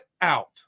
out